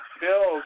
bills